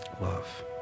love